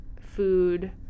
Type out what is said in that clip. food